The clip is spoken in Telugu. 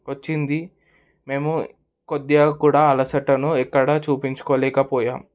వచ్చింది మేము కొద్దిగా కూడా అలసటను ఎక్కడ చూపించుకోలేకపోయాం